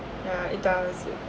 yeah it does